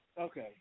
Okay